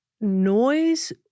noise